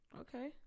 Okay